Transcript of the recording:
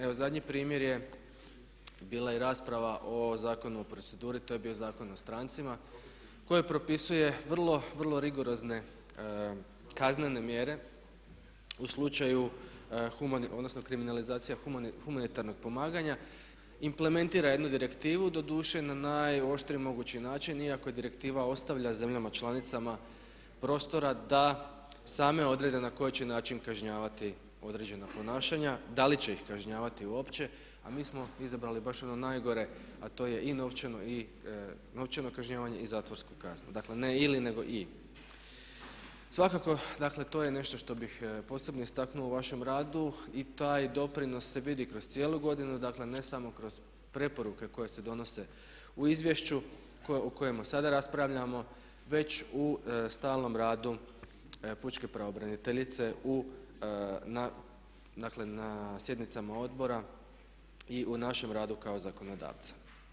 Evo zadnji primjer je bila i rasprava o zakonu u proceduri, to je bio Zakon o strancima koji propisuje vrlo, vrlo rigorozne kaznene mjere u slučaju kriminalizacija humanitarnog pomaganja, implementira jednu direktivu, doduše na najoštriji mogući način iako direktiva ostavlja zemljama članicama prostora da same odrede na koji će način kažnjavati određena ponašanja, da li će ih kažnjavati uopće a mi smo izabrali baš ono najgore a to je i novčano kažnjavanje i zatvorsku kaznu, dakle ne ili nego i. Svakako dakle to je nešto što bih posebno istaknuo u vašem radu i taj doprinos se vidi kroz cijelu godinu, dakle ne samo kroz preporuke koje se donose u izvješću o kojemu sada raspravljamo već u stalnom radu pučke pravobraniteljice, dakle na sjednicama Odbora i u našem radu kao zakonodavca.